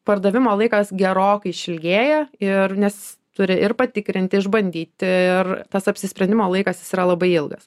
pardavimo laikas gerokai išilgėja ir nes turi ir patikrinti išbandyti ir tas apsisprendimo laikas jis yra labai ilgas